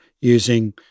using